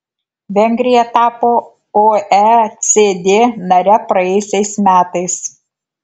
vengrija tapo oecd nare praėjusiais metais